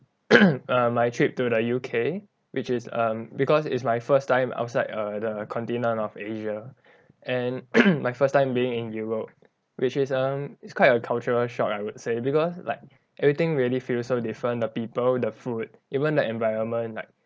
err my trip to the U_K which is um because it's my first time outside err the continent of asia and like my first time being in europe which is um it's quite a cultural shock I would say because like everything really feel so different the people the food even the environment like